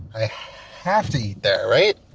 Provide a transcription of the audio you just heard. i have to eat there, right?